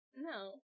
no